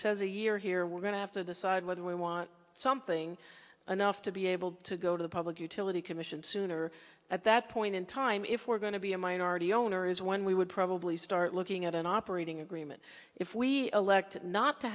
says a year here we're going to have to decide whether we want something anough to be able to go to the public utility commission soon or at that point in time if we're going to be a minority owner is when we would probably start looking at an operating agreement if we elected not to